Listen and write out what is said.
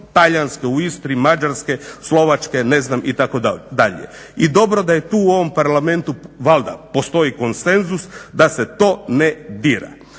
talijanske u Istri, mađarske, slovačke itd. I dobro da je tu u ovom parlamentu valjda postoji konsenzus da se to ne dira.